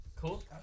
cool